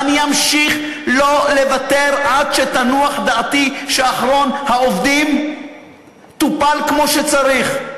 ואני אמשיך לא לוותר עד שתנוח דעתי שאחרון העובדים טופל כמו שצריך.